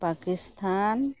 Pakistan